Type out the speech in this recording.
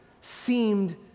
seemed